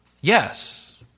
Yes